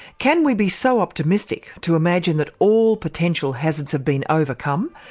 can we be so optimistic to imagine that all potential hazards have been overcome,